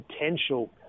potential